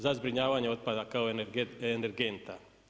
Za zbrinjavanje otpada kao energenta.